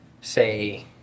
say